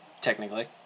technically